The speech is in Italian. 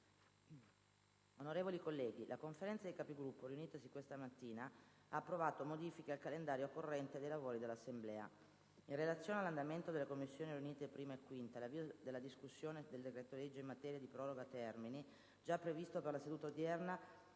Onorevoli colleghi, la Conferenza dei Capigruppo, riunitasi questa mattina, ha approvato modifiche al calendario corrente dei lavori dell’Assemblea. In relazione all’andamento delle Commissioni riunite 1ª e 5ª, l’avvio della discussione del decreto-legge in materia di proroga termini, giaprevisto per la seduta odierna,